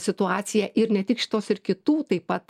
situaciją ir ne tik šitos ir kitų taip pat